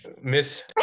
Miss